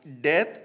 death